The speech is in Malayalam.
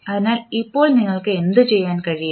അതിനാൽ ഇപ്പോൾ നിങ്ങൾക്ക് എന്തുചെയ്യാൻ കഴിയും